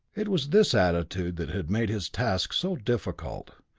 it was this attitude that had made his task so difficult.